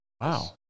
Wow